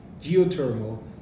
geothermal